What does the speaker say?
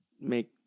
make